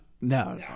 no